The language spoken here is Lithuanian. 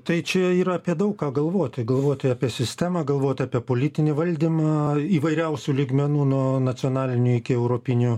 tai čia yra apie daug ką galvoti galvoti apie sistemą galvoti apie politinį valdymą įvairiausių lygmenų nuo nacionalinių iki europinių